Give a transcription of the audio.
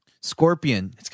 scorpion